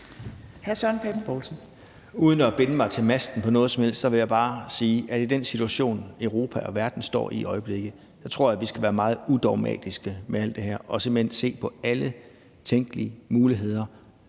Uden at binde mig til masten på nogen som helst måde vil jeg bare sige, at i den situation, Europa og verden står i i øjeblikket, tror jeg, at vi skal være meget udogmatiske i alt det her og simpelt hen se på alle tænkelige muligheder.